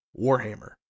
Warhammer